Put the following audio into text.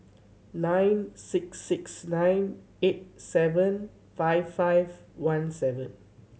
nine six six nine eight seven five five one seven